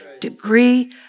Degree